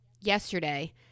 yesterday